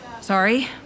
Sorry